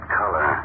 color